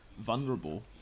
vulnerable